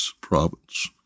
province